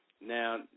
Now